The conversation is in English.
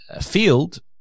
field